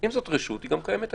אם זה רשות היא קיימת גם היום,